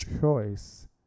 choice